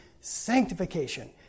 sanctification